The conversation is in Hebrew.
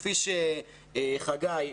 כפי שחגי,